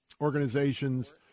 organizations